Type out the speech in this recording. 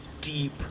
deep